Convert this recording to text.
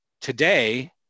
today